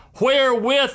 wherewith